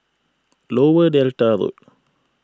Lower Delta Road